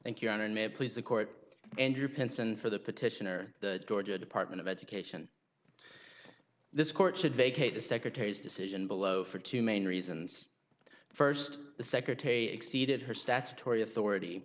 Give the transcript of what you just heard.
i think your honor may please the court andrew penson for the petitioner the georgia department of education this court should vacate the secretary's decision below for two main reasons first the secretary exceeded her statutory authority